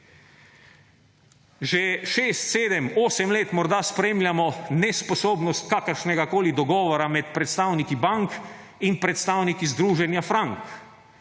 Že 6, 7, 8 let morda spremljamo nesposobnost kakršnegakoli dogovora med predstavniki bank in predstavniki Združenja Frank.